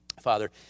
Father